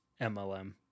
MLM